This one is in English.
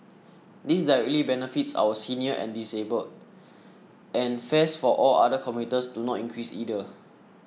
this directly benefits our seniors and disabled and fares for all other commuters do not increase either